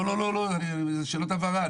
לא, לא, זה שאלות הבהרה.